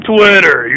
Twitter